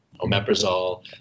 Omeprazole